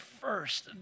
first